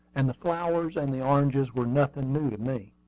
and the flowers and the oranges were nothing new to me.